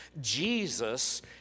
Jesus